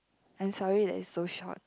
I'm sorry that it's so short